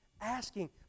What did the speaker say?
asking